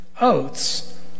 oaths